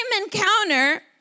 encounter